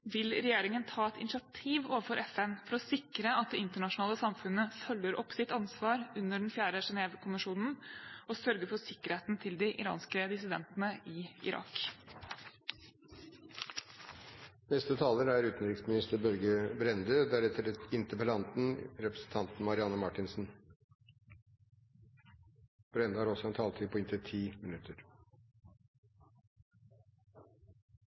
Vil regjeringen ta et initiativ overfor FN for å sikre at det internasjonale samfunnet følger opp sitt ansvar under den 4. Genèvekonvensjonen og sørge for sikkerheten til de iranske dissidentene i